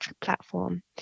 platform